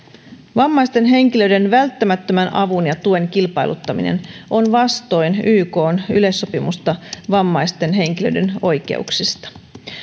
vammaisten henkilöiden välttämättömän avun ja tuen kilpailuttaminen on vastoin ykn yleissopimusta vammaisten henkilöiden oikeuksista